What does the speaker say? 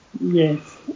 Yes